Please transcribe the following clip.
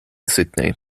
sydney